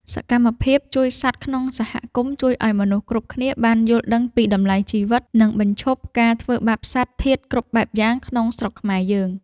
សកម្មភាពជួយសត្វក្នុងសហគមន៍ជួយឱ្យមនុស្សគ្រប់គ្នាបានយល់ដឹងពីតម្លៃជីវិត និង បញ្ឈប់ការធ្វើបាបសត្វធាតុគ្រប់បែបយ៉ាងក្នុងស្រុកខ្មែរយើង។